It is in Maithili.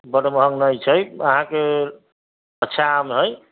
बड महँग नहि छै अहाँके अच्छा आम है